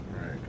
right